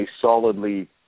solidly